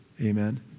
amen